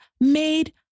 made